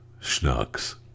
schnucks